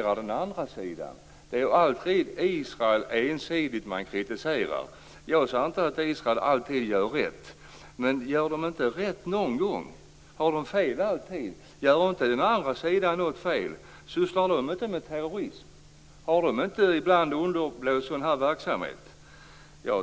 denna debatt. Det är alltid ensidigt Israel som kritiseras. Jag säger inte att Israel alltid gör rätt, men gör man inte rätt någon gång? Har man alltid fel? Gör inte den andra sidan något fel? Sysslar den sidan inte med terrorism? Har den sidan inte underblåst sådan verksamhet ibland?